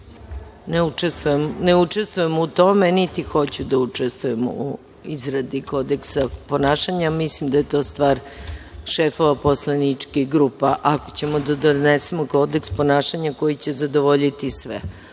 Ne učestvujem u tome, niti hoću da učestvujem u izradi Kodeksa ponašanja, mislim da je to stvar šefova poslaničkih grupa, ako ćemo da donesemo kodeks ponašanja koji će zadovoljiti sve,